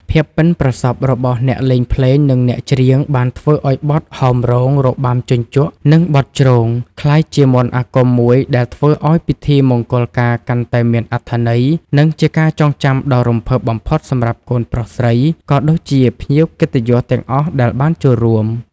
ភាពប៉ិនប្រសប់របស់អ្នកលេងភ្លេង និងអ្នកច្រៀង បានធ្វើឱ្យបទ ហោមរោង របាំជញ្ជក់ និងបទ ជ្រង ក្លាយជាមន្តអាគមមួយដែលធ្វើឱ្យពិធីមង្គលការកាន់តែមានអត្ថន័យ និងជាការចងចាំដ៏រំភើបបំផុតសម្រាប់កូនប្រុសស្រី ក៏ដូចជាភ្ញៀវកិត្តិយសទាំងអស់ដែលបានចូលរួម។